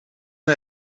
een